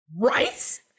Right